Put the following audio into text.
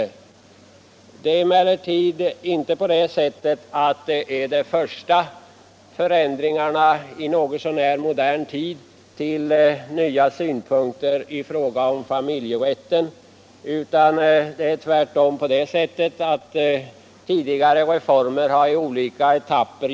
Detta är emellertid inte de första ändringarna i något så när modern tid till följd av nya synpunkter i fråga om familjerätten, utan det är tvärtom så att reformer tidigare har genomförts i olika etapper.